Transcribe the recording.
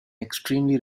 extremely